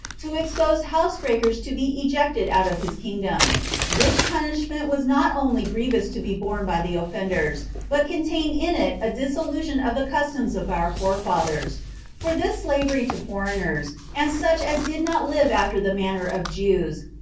to expose house-breakers to be ejected out of his kingdom which punishment was not only grievous to be borne by the offenders, but contained in it a dissolution of the customs of our forefathers for this slavery to foreigners, and such as did not live after the manner of jews,